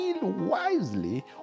wisely